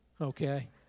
Okay